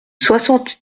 soixante